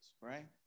right